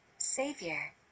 Savior